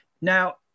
Now